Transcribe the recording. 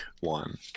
one